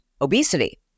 obesity